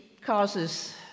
causes